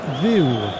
view